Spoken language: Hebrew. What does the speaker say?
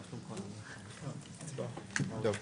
טוב.